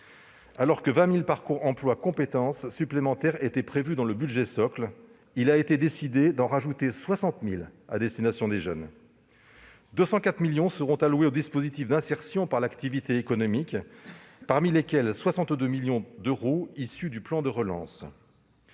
Alors que 20 000 parcours emploi compétences supplémentaires étaient prévus dans le budget socle, il a été décidé d'en ajouter 60 000 à destination des jeunes. Par ailleurs, 204 millions d'euros sont alloués aux dispositifs d'insertion par l'activité économique, dont 62 millions d'euros issus du plan de relance.